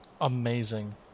amazing